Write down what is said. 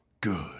good